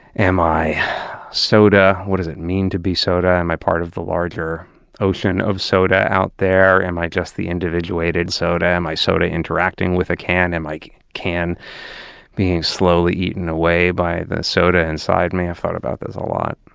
am i soda? what does it mean to be soda? am i part of the larger ocean of soda out there? am i just the individuated soda? am i soda interacting with a can, and my like can being slowly eaten away by the soda inside me? i've thought about this a lot.